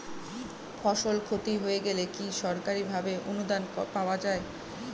ফসল ক্ষতি হয়ে গেলে কি সরকারি ভাবে অনুদান পাওয়া য়ায়?